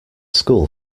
school